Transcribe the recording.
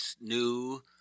new